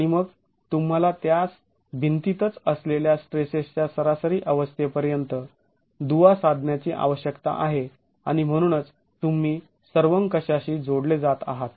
आणि मग तूम्हाला त्यास भिंतीतच असलेल्या स्ट्रेसेसच्या सरासरी अवस्थेपर्यंत दुवा साधण्याची आवश्यकता आहे आणि म्हणूनच तुम्ही सर्वंकषाशी जोडले जात आहात